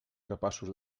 capaços